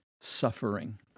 suffering